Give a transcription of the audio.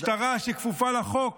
משטרה שכפופה לחוק